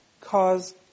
cause